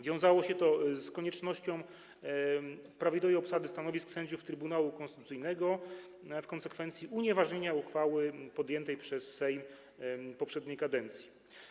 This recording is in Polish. Wiązało się to z koniecznością prawidłowej obsady stanowisk sędziów Trybunału Konstytucyjnego, a w konsekwencji - unieważnienia uchwały podjętej przez Sejm poprzedniej kadencji.